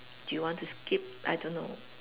do you want to skip I don't know